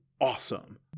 awesome